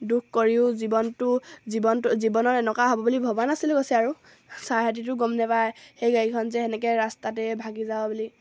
দুখ কৰিও জীৱনটো জীৱনটো জীৱনত এনেকুৱা হ'ব বুলি ভবা নাছিলে কৈছে আৰু ছাৰহঁতেতো গম নাপায় সেই গাড়ীখন যে তেনেকৈ ৰাস্তাতে ভাগি যাব বুলি